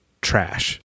trash